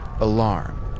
alarm